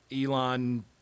Elon